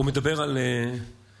הוא מדבר על סעודיה?